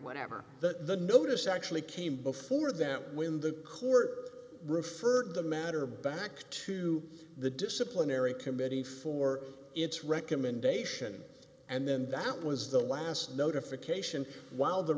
whatever that the notice actually came before that when the court referred the matter back to the disciplinary committee for its recommendation and then that was the last notification while the